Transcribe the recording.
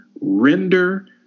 render